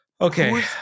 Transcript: Okay